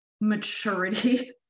maturity